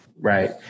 Right